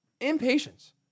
impatience